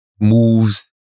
moves